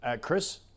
Chris